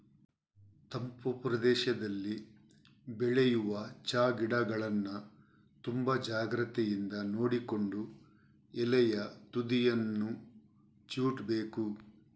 ತಂಪು ಪ್ರದೇಶದಲ್ಲಿ ಬೆಳೆಯುವ ಚಾ ಗಿಡಗಳನ್ನ ತುಂಬಾ ಜಾಗ್ರತೆಯಿಂದ ನೋಡಿಕೊಂಡು ಎಲೆಯ ತುದಿಯನ್ನ ಚಿವುಟ್ಬೇಕು